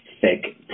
thick